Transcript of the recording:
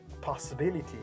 possibility